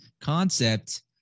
concept